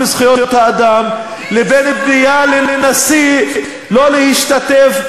זכויות אדם לבין פנייה לנשיא לא להשתתף,